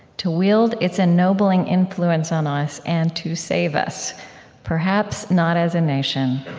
to wield its ennobling influence on us, and to save us perhaps not as a nation,